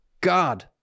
God